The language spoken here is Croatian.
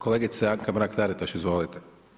Kolegica Anka Mrak-TAritaš, izvolite.